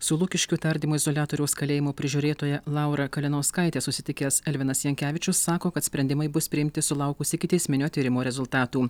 su lukiškių tardymo izoliatoriaus kalėjimo prižiūrėtoja laura kalinauskaite susitikęs elvinas jankevičius sako kad sprendimai bus priimti sulaukus ikiteisminio tyrimo rezultatų